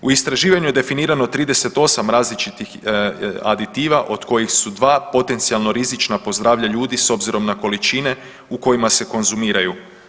U istraživanju je definirano 38 različitih aditiva od kojih su 2 potencijalno rizična po zdravlje ljudi s obzirom na količine u kojima se konzumiraju.